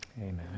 Amen